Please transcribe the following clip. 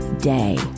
day